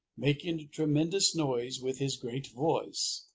making a tremendous noise with his great voice.